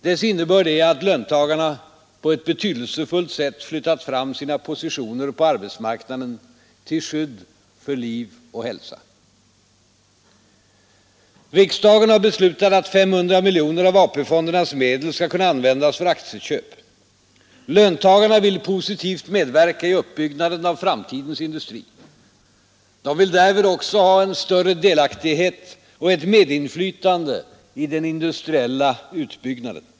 Dess innebörd är att löntagarna på ett betydelsefullt sätt flyttat fram sina positioner på arbetsmarknaden till skydd för liv och hälsa. Riksdagen har beslutat att 500 miljoner av AP-fondernas medel skall kunna användas för aktieköp. Löntagarna vill positivt medverka i uppbyggnaden av framtidens industri. De vill därvid också ha en större delaktighet och ett medinflytande i den industriella utbyggnaden.